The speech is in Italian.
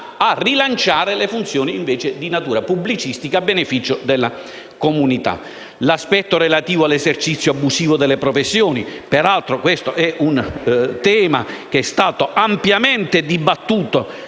a rilanciare le funzioni di natura pubblicistica a beneficio della comunità. Ricordo ancora l'aspetto relativo all'esercizio abusivo delle professioni: peraltro, questo è un tema che è stato ampiamente dibattuto